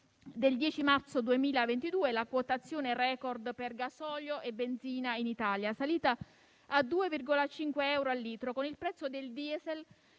del 10 marzo 2022 la quotazione record per gasolio e benzina in Italia, salita a 2,5 euro al litro, con il prezzo del diesel